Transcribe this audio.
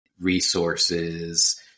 resources